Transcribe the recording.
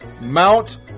Mount